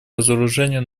разоружению